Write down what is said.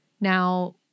Now